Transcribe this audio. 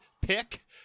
pick